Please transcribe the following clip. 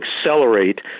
accelerate